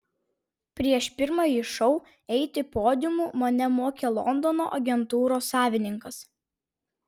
prieš pirmąjį šou eiti podiumu mane mokė londono agentūros savininkas